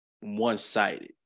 one-sided